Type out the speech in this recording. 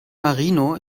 marino